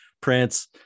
prints